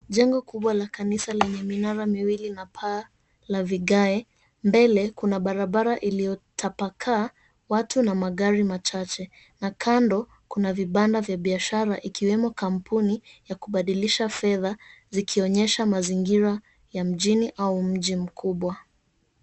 Jengo kubwa la kanisa lenye minara miwili na paa la vigae mbele kuna barabara iliyotapakaa watu na magari machache na kando kuna vibanda vya biashara ikiwemo kampuni ya kubadilisha fedha zikionyeasha mazingira ya mji au mji mkubwa.